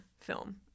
film